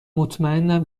مطمئنم